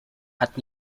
hat